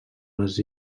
les